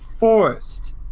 Forced